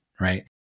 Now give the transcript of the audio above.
Right